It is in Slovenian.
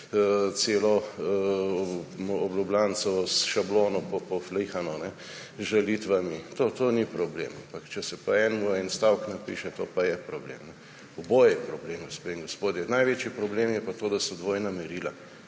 dol ob Ljubljanici imamo vse s šablono poflehano z žalitvami. To ni problem. Ampak če se pa enemu en stavek napiše, to pa je problem. Oboje je problem, gospe in gospodje. Največji problem je pa to, da so dvojna merila.